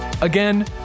Again